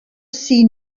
sie